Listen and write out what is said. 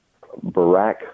Barack